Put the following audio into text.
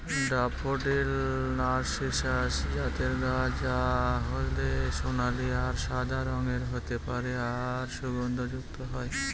daffodil narcissus জাতের গাছ যা হলদে সোনালী আর সাদা রঙের হতে পারে আর সুগন্ধযুক্ত হয়